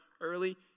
early